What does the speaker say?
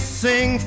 sing